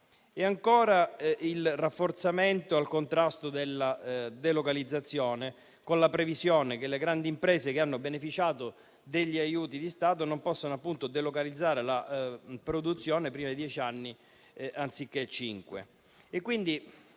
cito il rafforzamento del contrasto della delocalizzazione con la previsione che le grandi imprese che hanno beneficiato degli aiuti di Stato non possono delocalizzare la produzione prima di dieci anni anziché cinque.